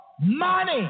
money